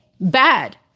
bad